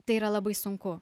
tai yra labai sunku